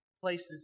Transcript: places